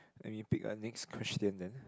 let me pick a next question then